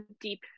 deep